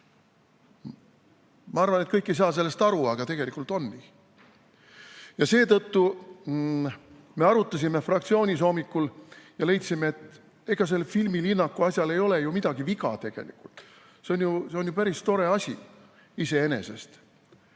Ma arvan, et kõik ei saa sellest aru, aga tegelikult on nii. Ja seetõttu me arutasime fraktsioonis hommikul ja leidsime, et ega selle filmilinnaku asjal ei ole ju midagi viga tegelikult. See on päris tore asi iseenesest.